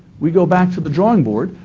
we go back to the drawing board,